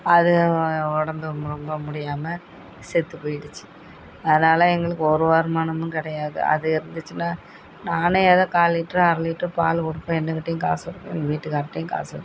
அது உடம்பு ரொம்ப ரொம்ப முடியாமல் செத்து போயிடுச்சு அதனால எங்களுக்கு ஒரு வருமானமும் கிடையாது அது இருந்துச்சுனா நானே ஏதோ கால் லிட்ரு அரை லிட்ரு பால் கொடுக்கும் என் கிட்டேயும் காசு இருக்கும் எங்கள் வீட்டுகாரர்கிட்டையும் காசு இருக்கும்